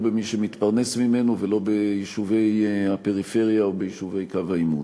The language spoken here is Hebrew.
לא במי שמתפרנס ממנו ולא ביישובי הפריפריה או ביישובי קו העימות.